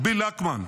ביל אקמן.